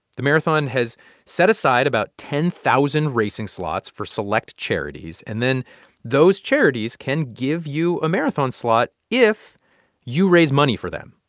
the marathon has set aside about ten thousand racing slots for select charities, and then those charities can give you a marathon slot if you raise money for them.